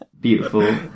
Beautiful